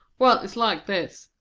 well, it's like this,